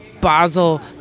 Basel